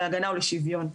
להגנה ולשוויון.